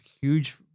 huge